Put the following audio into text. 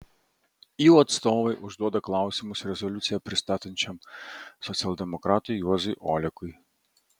jų atstovai užduoda klausimus rezoliuciją pristatančiam socialdemokratui juozui olekui